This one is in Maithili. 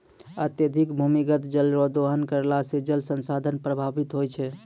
अत्यधिक भूमिगत जल रो दोहन करला से जल संसाधन प्रभावित होय छै